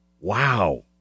Wow